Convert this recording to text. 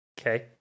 Okay